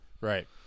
Right